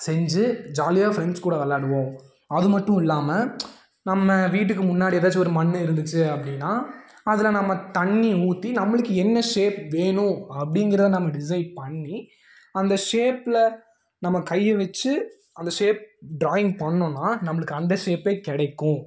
செஞ்சு ஜாலியாக ஃப்ரெண்ட்ஸ் கூட விளையாடுவோம் அதுமட்டும் இல்லாமல் நம்ம வீட்டுக்கு முன்னாடி ஏதாச்சும் மண் இருந்திச்சு அப்படினா அதில் நம்ம தண்ணி ஊற்றி நம்மளுக்கு என்ன ஸேஃப் வேணும் அப்படிங்கிற நம்ம டிஸைட் பண்ணி அந்த ஸேஃப்பில் நம்ம கையை வைச்சு அந்த ஸேஃப் ட்ராயிங் பண்ணிணோனா நம்மளுக்கு அந்த ஸேஃப்பே கிடைக்கும்